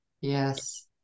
Yes